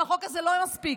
והחוק הזה לא מספיק.